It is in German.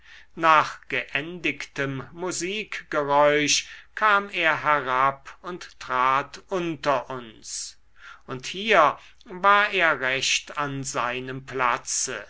nach geendigtem musikgeräusch kam er herab und trat unter uns und hier war er recht an seinem platze